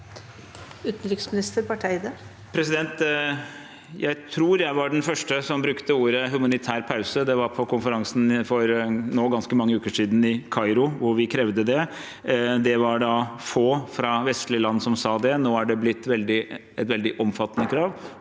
Utenriksminister Espen Barth Eide Jeg tror jeg var den første som brukte ordene humanitær pause. Det var på konferansen i Kairo for ganske mange uker siden, hvor vi krevde det. Det var da få fra vestlige land som sa det. Nå er det blitt et veldig omfattende krav.